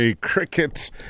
Cricket